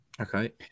Okay